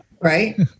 right